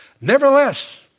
Nevertheless